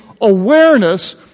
awareness